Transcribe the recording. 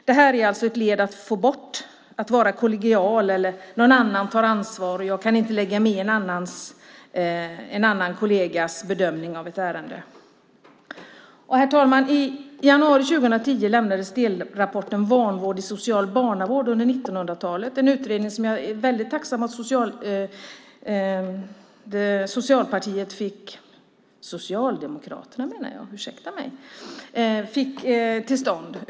Det är ett led i att få bort sådant som att man måste vara kollegial, att någon annan tar ansvar eller att man inte kan lägga sig i en kollegas bedömning av ett ärende. Herr talman! I januari 2010 lämnades delrapporten Vanvård i social barnavård under 1900-talet . Det är en utredning som jag är väldigt tacksam att Socialdemokraterna fick till stånd.